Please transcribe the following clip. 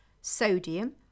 sodium